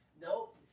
Nope